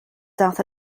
daeth